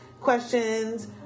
questions